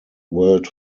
world